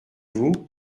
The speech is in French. vous